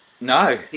No